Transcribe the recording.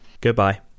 Goodbye